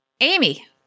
Amy